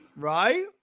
Right